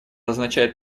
означает